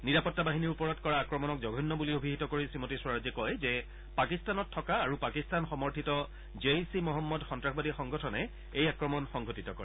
নিৰাপত্তা বাহিনীৰ ওপৰত কৰা আক্ৰমণক জঘণ্য বুলি অভিহিত কৰি শ্ৰীমতী স্বৰাজে কয় যে পাকিস্তানত থকা আৰু পাকিস্তান সমৰ্থিত জেইশ ই মহম্মদ সন্নাসবাদী সংগঠনে এই আক্ৰমণ সংঘটিত কৰে